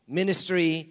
ministry